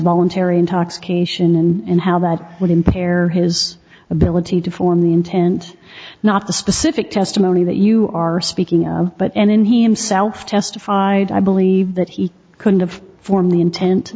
voluntary intoxication and how that would impair his ability to form the intent not the specific testimony that you are speaking of but and in he himself testified i believe that he could've formed the intent